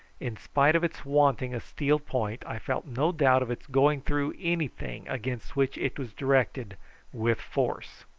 in spite of its wanting a steel point i felt no doubt of its going through anything against which it was directed with force.